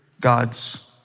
God's